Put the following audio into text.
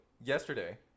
yesterday